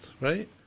right